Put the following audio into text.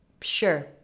Sure